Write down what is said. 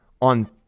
on